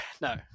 No